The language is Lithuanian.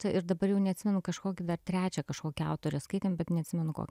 ir dabar jau neatsimenu kažkokį ar trečią kažkokį autorę skaitėm bet neatsimenu kokią